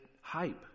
hype